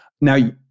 Now